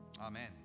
Amen